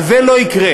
אז זה לא יקרה.